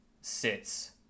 sits